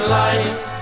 life